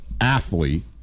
athlete